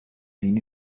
seen